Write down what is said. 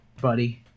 buddy